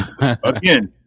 Again